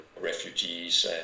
refugees